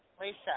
Lisa